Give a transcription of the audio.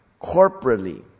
Corporately